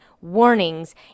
warnings